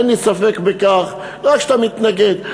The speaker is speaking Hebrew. אין לי ספק בכך שאתה מתנגד,